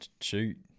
shoot